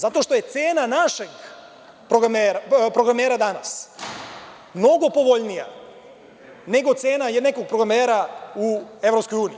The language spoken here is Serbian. Zato što je cena našeg programera danas mnogo povoljnija nego cena nekog programera u EU.